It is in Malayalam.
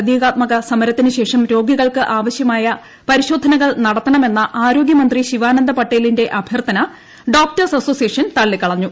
പ്രതീകാത്മക സമരത്തിന് ശേഷം രോഗികൾക്ക് ആവശ്യമായ പരിശോധനകൾ നടത്തണമെന്ന ആരോഗ്യമന്ത്രി ശിവാനന്ദ പട്ടേലിന്റെ അഭ്യർത്ഥന ഡോക്ടേഴ്സ് അസോസിയേഷൻ തള്ളിക്കളഞ്ഞു